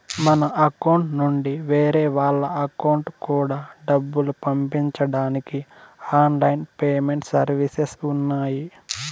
మన అకౌంట్ నుండి వేరే వాళ్ళ అకౌంట్ కూడా డబ్బులు పంపించడానికి ఆన్ లైన్ పేమెంట్ సర్వీసెస్ ఉన్నాయి